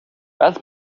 пес